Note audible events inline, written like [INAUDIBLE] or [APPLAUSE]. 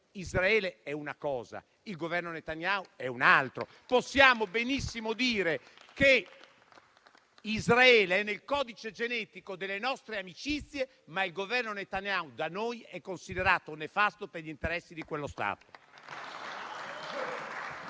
Israele è una cosa, il Governo Netanyahu è un'altra. [APPLAUSE] Possiamo benissimo dire che Israele è nel codice genetico delle nostre amicizie, ma il Governo Netanyahu da noi è considerato nefasto per gli interessi di quello Stato.